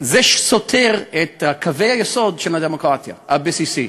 זה סותר את קווי היסוד של הדמוקרטיה הבסיסית.